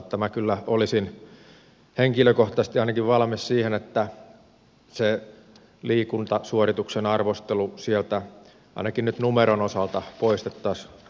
minä olisin henkilökohtaisesti ainakin valmis siihen että se liikuntasuorituksen arvostelu ainakin nyt numeron osalta poistettaisiin todistuksesta